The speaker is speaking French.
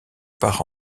par